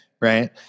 right